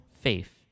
faith